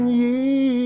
years